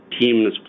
team